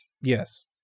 Yes